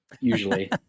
usually